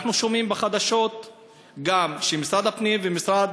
אנחנו שומעים בחדשות גם שמשרד הפנים ומשרד